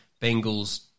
Bengals